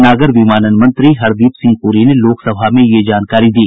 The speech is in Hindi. नागर विमानन मंत्री हरदीप सिंह पुरी ने लोकसभा में ये जानकारी दी